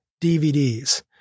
DVDs